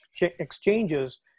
exchanges